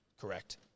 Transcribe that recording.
Correct